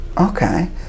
Okay